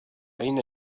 أين